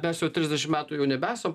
mes jau trisdešim metų jau nebesam